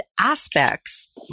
aspects